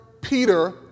Peter